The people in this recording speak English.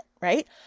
Right